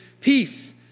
peace